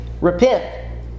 Repent